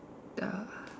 the